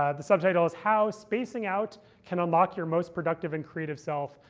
ah the subtitle is, how spacing out can unlock your most productive and creative self.